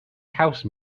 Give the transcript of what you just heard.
house